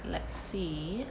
let's see